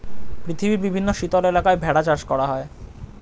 পৃথিবীর বিভিন্ন শীতল এলাকায় ভেড়া চাষ করা হয়